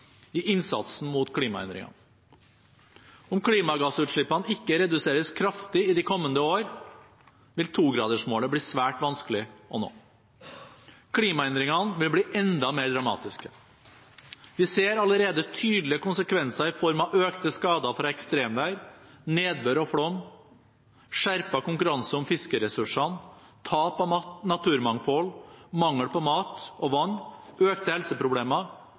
i innsatsen mot klimaendringene. Om klimagassutslippene ikke reduseres kraftig i de kommende årene, vil togradersmålet bli svært vanskelig å nå. Klimaendringene vil bli enda mer dramatiske. Vi ser allerede tydelige konsekvenser i form av økte skader fra ekstremvær, nedbør og flom, skjerpet konkurranse om fiskeressursene, tap av naturmangfold, mangel på mat og vann, økte helseproblemer,